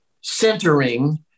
centering